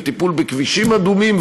וטיפול בכבישים אדומים,